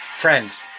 Friends